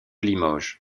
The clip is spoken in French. limoges